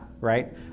right